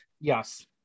Yes